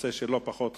נושא שלא פחות חשוב.